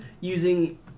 using